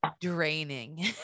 draining